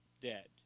dead